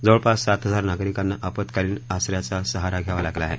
जवळपास सात हजार नागरिकांना आपत्कालीन आसऱ्याचा सहारा घ्यावा लागला आहे